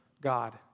God